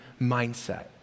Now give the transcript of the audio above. mindset